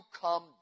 come